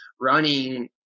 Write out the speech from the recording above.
running